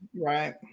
Right